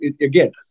Again